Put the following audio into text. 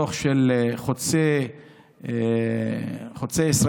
שדוח של חוצה ישראל,